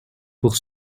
pour